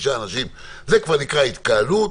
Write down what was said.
חמישה אנשים זה כבר נקרא התקהלות,